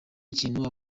ikintu